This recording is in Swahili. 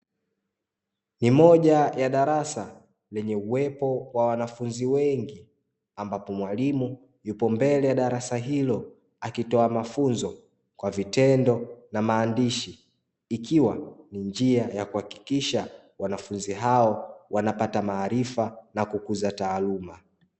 Ni moja ya darasa lenye uwepo wa wanafunzi wengi, ambapo mwalimu yupo mbele ya darasa hilo akitoa mafunzo kwa vitendo na maadishi. Ikiwa ni njia ya kuhakikisha wanafunzi hao wanapata maarifa na kukuza taaluma.